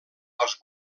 als